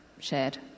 shared